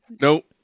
Nope